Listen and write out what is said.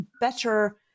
better